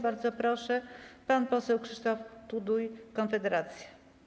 Bardzo proszę, pan poseł Krzysztof Tuduj, Konfederacja.